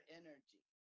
energy